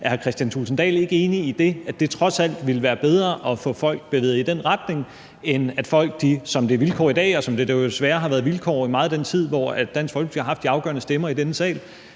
hr. Kristian Thulesen Dahl ikke enig i det, altså at det trods alt ville være bedre at få folk i den retning, end at folk, sådan som vilkårene er i dag, og sådan som vilkårene jo desværre har været i meget af den tid, hvor Dansk Folkeparti har haft de afgørende stemmer i denne sal,